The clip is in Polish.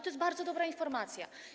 To jest bardzo dobra informacja.